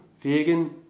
vegan